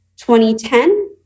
2010